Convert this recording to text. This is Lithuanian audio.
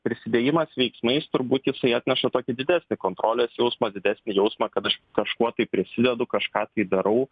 prisidėjimas veiksmais turbūt jisai atneša tokį didesnį kontrolės jausmą didesnį jausmą kad aš kažkuo tai prisidedu kažką tai darau